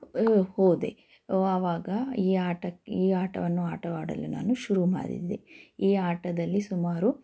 ಹೋದೆ ಆವಾಗ ಈ ಆಟ ಆಟವನ್ನು ಆಟವಾಡಲು ನಾನು ಶುರು ಮಾಡಿದೆ ಈ ಆಟದಲ್ಲಿ ಸುಮಾರು